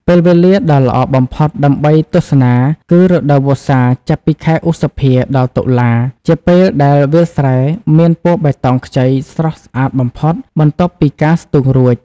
ពេលវេលាដ៏ល្អបំផុតដើម្បីទស្សនាគឺ រដូវវស្សាចាប់ពីខែឧសភា ដល់តុលា ជាពេលដែលវាលស្រែមានពណ៌បៃតងខ្ចីស្រស់ស្អាតបំផុត បន្ទាប់ពីការស្ទូងរួច ។